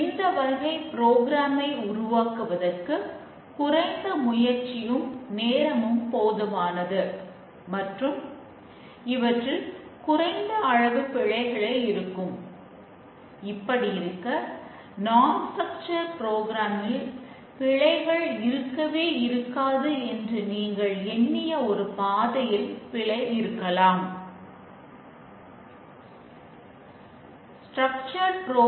integration டெஸ்டிங்கில் சில அடிப்படைக் கருத்துக்களை நாம் பார்த்தோம்